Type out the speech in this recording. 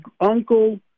uncle